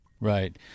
right